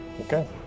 Okay